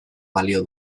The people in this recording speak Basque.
balio